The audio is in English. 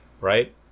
Right